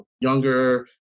younger